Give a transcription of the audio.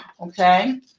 okay